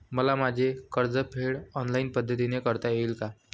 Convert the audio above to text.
मला माझे कर्जफेड ऑनलाइन पद्धतीने करता येईल का?